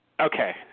Okay